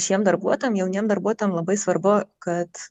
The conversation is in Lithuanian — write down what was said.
šiem darbuotojam jauniem darbuotojam labai svarbu kad